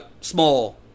small